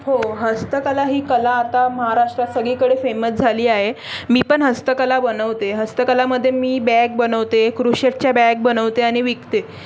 हो हस्तकला ही कला आता महाराष्ट्रात सगळीकडे फेमस झाली आहे मी पण हस्तकला बनवते हस्तकलेमध्ये मी बॅग बनवते क्रोशेटच्या बॅग बनवते आणि विकते